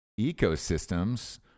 ecosystems